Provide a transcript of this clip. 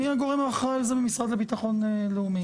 מי הגורם שאחראי על זה במשרד לביטחון לאומי?